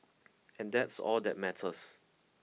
and that's all that matters